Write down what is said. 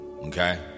Okay